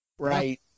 Right